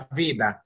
vida